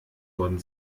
worden